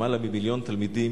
לחופשה למעלה ממיליון תלמידים,